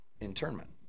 internment